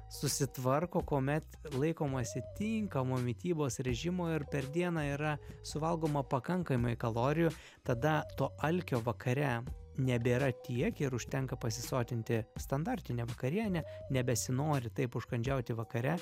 susitvarko kuomet laikomasi tinkamo mitybos režimo ir per dieną yra suvalgoma pakankamai kalorijų tada to alkio vakare nebėra tiek ir užtenka pasisotinti standartine vakariene nebesinori taip užkandžiauti vakare